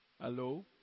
Hello